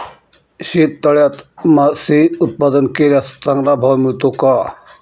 शेततळ्यात मासे उत्पादन केल्यास चांगला भाव मिळतो का?